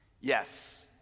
Yes